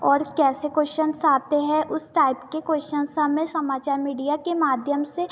और कैसे क्वेशंस आते हैं उस टाइप के क्वेशंस हमें समाचार मीडिया के माध्यम से